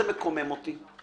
השיח הזה מה זה מקומם אותי,